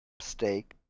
Steak